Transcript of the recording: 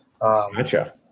gotcha